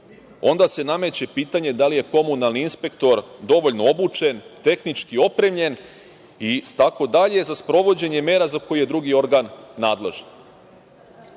onda se nameće pitanje da li je komunalni inspektor dovoljno obučen, tehnički opremljen itd. za sprovođenje mera za koje je drugi organ nadležan? Ono